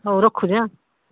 ହଉ ରଖୁଛି ଆ